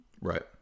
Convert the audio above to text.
Right